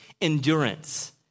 endurance